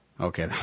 Okay